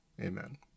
Amen